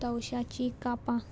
तवशाची कापां